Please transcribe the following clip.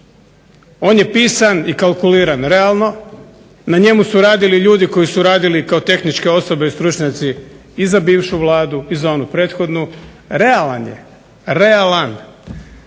On je pisan i kalkuliran realno. Na njemu su radili ljudi koji su radili kao tehničke osobe i stručnjaci i za bivšu Vladu i za onu prethodnu. Realan je, realan.